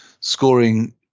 scoring